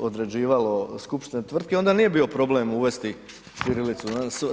određivalo skupština tvrtke, onda nije bio problem uvesti ćirilicu.